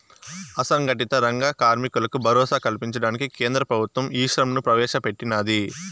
అసంగటిత రంగ కార్మికులకు భరోసా కల్పించడానికి కేంద్ర ప్రభుత్వం ఈశ్రమ్ ని ప్రవేశ పెట్టినాది